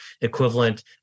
equivalent